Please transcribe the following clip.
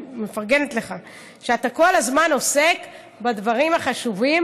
אני מפרגנת לך על שאתה כל הזמן עוסק בדברים החשובים.